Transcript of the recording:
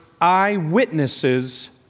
eyewitnesses